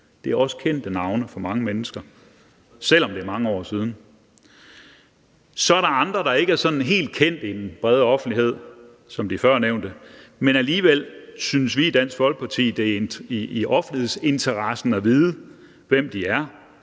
Det er også kendte navne for mange mennesker, selv om det er mange år siden. Så er der andre, der ikke er sådan helt så kendt i den brede offentlighed som de førnævnte, men alligevel synes vi i Dansk Folkeparti, at det er i offentlighedens interesse at vide, hvem de er,